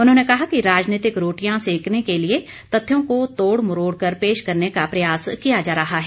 उन्होंने कहा कि राजनीतिक रोटियां सेकने के लिए तथ्यों को तोड़मरोड़ कर पेश करने का प्रयास किया जा रहा है